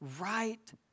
right